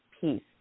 peace